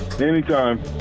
Anytime